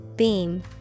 Beam